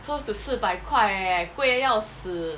close to 四百块 eh 贵到要死